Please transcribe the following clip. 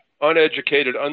uneducated